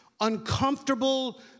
uncomfortable